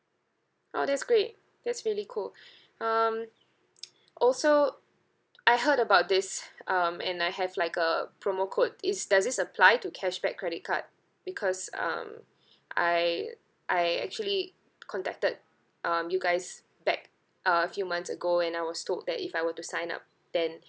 oh that's great that's really cool um also I heard about this um and I have like a promo code is does this apply to cashback credit card because um I I actually contacted um you guys back uh a few months ago and I was told that if I were to sign up then